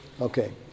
okay